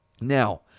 Now